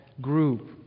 group